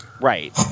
Right